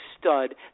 stud